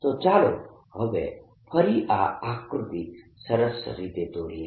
તો ચાલો હવે ફરી આ આકૃતિ સરસ રીતે દોરીએ